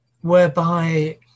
whereby